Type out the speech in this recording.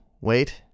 wait